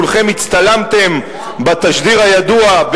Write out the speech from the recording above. וכולכם הצטלמתם בתשדיר הידוע,